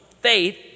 faith